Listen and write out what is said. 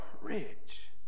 rich